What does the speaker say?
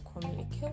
communicate